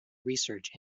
research